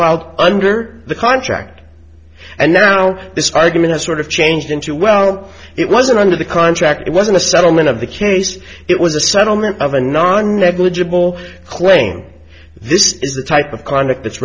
filed under the contract and now this argument is sort of changed into well it wasn't under the contract it wasn't a settlement of the case it was a settlement of a non negligible claim this is the type of conduct